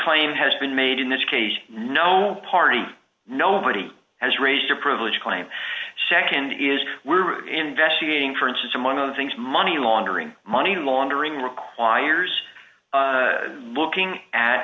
claim has been made in this case no party nobody has raised a privilege claim nd is we're investigating for instance among other things money laundering money laundering requires looking at